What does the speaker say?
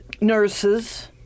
nurses